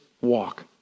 walk